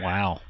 Wow